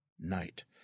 Night